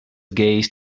gaze